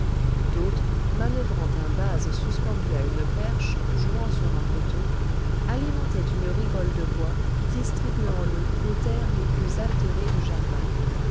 d'autres manœuvrant un vase suspendu à une perche jouant sur un poteau alimentaient une rigole de bois distribuant l'eau aux terres les plus altérées du jardin